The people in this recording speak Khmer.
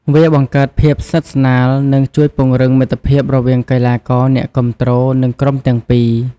វាបង្កើតភាពស្និទ្ធស្នាល និងជួយពង្រឹងមិត្តភាពរវាងកីឡាករ អ្នកគាំទ្រ និងក្រុមទាំងពីរ។